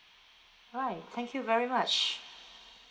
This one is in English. alright thank you very much